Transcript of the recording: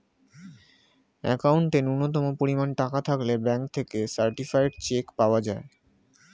অ্যাকাউন্টে ন্যূনতম পরিমাণ টাকা থাকলে ব্যাঙ্ক থেকে সার্টিফায়েড চেক পাওয়া যায়